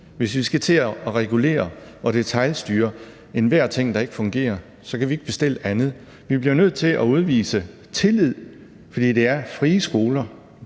Hvis vi skal til at regulere og detailstyre enhver ting, der ikke fungerer, kan vi ikke bestille andet. Vi bliver nødt til at udvise tillid, fordi det er frie skoler;